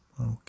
okay